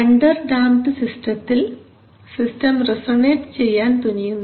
under damped സിസ്റ്റത്തിൽ system resonate ചെയ്യാൻ തുനിയുന്നു